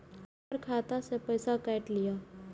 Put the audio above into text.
हमर खाता से पैसा काट लिए?